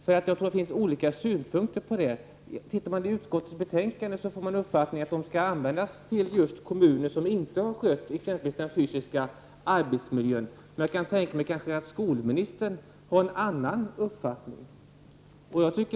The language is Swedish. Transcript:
Jag tror att det finns olika synpunkter på detta. Om man läser utskottsbetänkandet får man uppfattningen att dessa pengar skall användas till just kommuner som inte skött t.ex. den fysiska arbetsmiljön. Men jag kan tänka mig att skolministern har en annan uppfattning om detta.